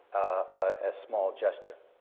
a small gesture.